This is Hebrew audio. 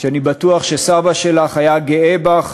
אני בטוח שסבא שלך היה גאה בך